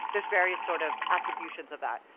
there's various sort of attributions of that.